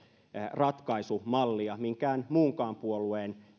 ratkaisumallia minkään muunkaan puolueen